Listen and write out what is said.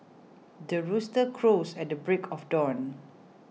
the rooster crows at the break of dawn